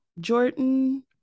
Jordan